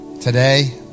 Today